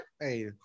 Hey